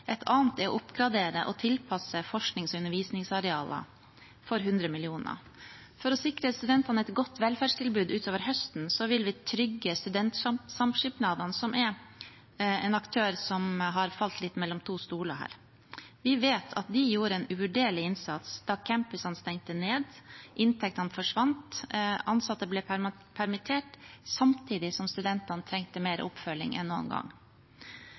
Et annet er å oppgradere og tilpasse forsknings- og undervisningsarealer for 100 mill. kr. For å sikre studentene et godt velferdstilbud utover høsten vil vi trygge Studentsamskipnadene, som er en aktør som har falt litt mellom to stoler her. Vi vet at de gjorde en uvurderlig innsats da campusene stengte ned, inntektene forsvant, og ansatte ble permittert, samtidig som studentene trengte mer oppfølging enn noen gang.